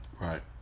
Right